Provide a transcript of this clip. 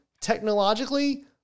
technologically